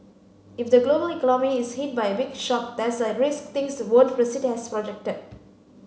if the global economy is hit by a big shock there's a risk things won't proceed as projected